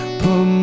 put